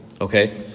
okay